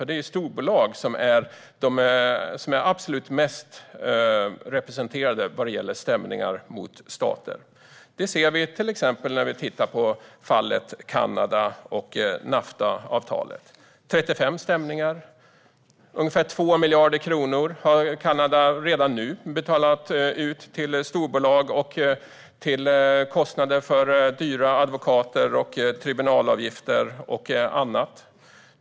Det är just storbolagen som är högst representerade när det gäller stämningar mot stater. Det ser vi exempelvis i fallet Kanada och Naftaavtalet med 35 stämningar. Redan nu har Kanada betalat ungefär 2 miljarder kronor till storbolag, utgifter för dyra advokater, tribunalavgifter och annat.